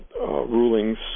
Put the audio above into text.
rulings